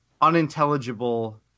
unintelligible